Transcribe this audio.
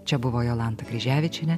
čia buvo jolanta kryževičienė